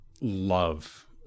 love